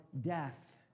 death